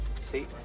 See